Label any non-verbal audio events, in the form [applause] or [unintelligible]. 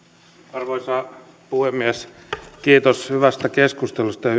arvoisa puhemies kiitos hyvästä keskustelusta [unintelligible]